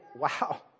wow